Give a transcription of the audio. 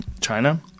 China